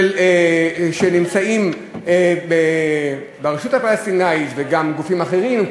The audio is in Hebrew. שנמצאים ברשות הפלסטינית וגם גופים אחרים,